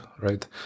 right